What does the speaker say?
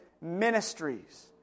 ministries